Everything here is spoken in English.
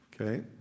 Okay